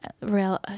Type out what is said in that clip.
real